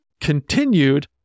continued